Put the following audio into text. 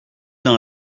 dans